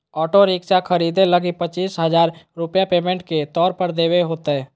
auto rickshaw खरीदे लगी पचीस हजार रूपया पेमेंट के तौर पर देवे होतय